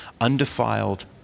undefiled